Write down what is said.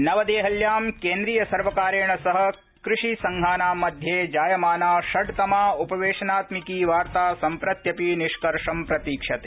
नवदेहल्यां केन्द्रियसर्वकारेण सह कृषिसंघानां मध्ये जायमाना षड्तमा उपवेशनात्मिकी वार्ता सम्प्रत्यपि निष्कर्षं प्रतीक्षते